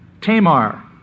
Tamar